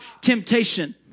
temptation